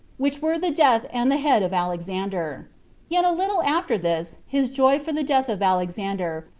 which were the death and the head of alexander yet a little after this his joy for the death of alexander,